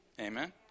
Amen